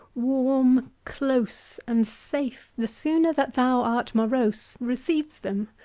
warm, close, and safe, the sooner that thou art morose receives them!